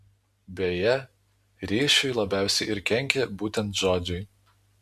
beje ryšiui labiausiai ir kenkia būtent žodžiai